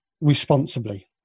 responsibly